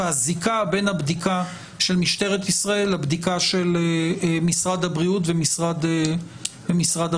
והזיקה בין הבדיקה של משטרת ישראל לבדיקה של משרד הבריאות ומשרד הרווחה.